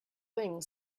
thing